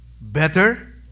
better